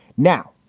now,